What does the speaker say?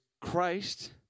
Christ